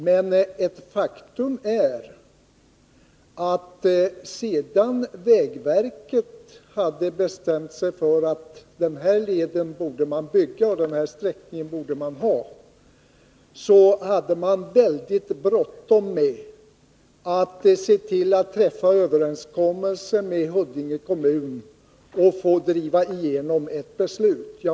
Men ett faktum är att sedan vägverket hade bestämt sig för att denna led borde byggas hade man väldigt bråttom med att se till att träffa överenskommelse med Huddinge kommun och driva igenom ett beslut.